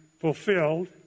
fulfilled